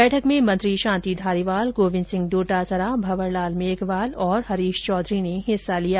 बैठक में मंत्री शांति धारीवाल गोविन्द सिंह डोटासरा भंवर लाल मेघवाल और हरिश चौधरी ने हिस्सा लिया